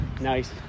Nice